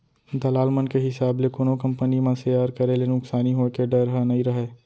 दलाल मन के हिसाब ले कोनो कंपनी म सेयर करे ले नुकसानी होय के डर ह नइ रहय